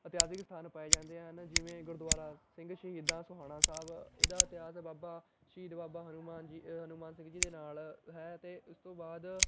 ਇਤਿਹਾਸਿਕ ਸਥਾਨ ਪਾਏ ਜਾਂਦੇ ਹਨ ਜਿਵੇਂ ਗੁਰਦੁਆਰਾ ਸਿੰਘ ਸ਼ਹੀਦਾਂ ਸੋਹਾਣਾ ਸਾਹਿਬ ਇਹਦਾ ਇਤਿਹਾਸ ਬਾਬਾ ਸ਼ਹੀਦ ਬਾਬਾ ਹਨੂੰਮਾਨ ਜੀ ਹਨੂੰਮਾਨ ਸਿੰਘ ਜੀ ਦੇ ਨਾਲ ਹੈ ਅਤੇ ਉਸ ਤੋਂ ਬਾਅਦ